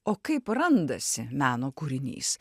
o kaip randasi meno kūrinys